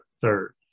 third